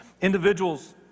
Individuals